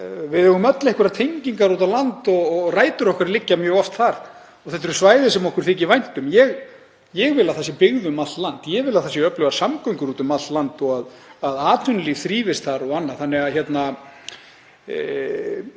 Við eigum öll einhverjar tengingar út á land og rætur okkar liggja mjög oft þar og þetta eru svæði sem okkur þykir vænt um. Ég vil að það sé byggð um allt land. Ég vil að það séu öflugar samgöngur út um allt land og að atvinnulíf þrífist þar og annað. Ég held að allar